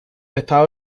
estado